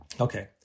Okay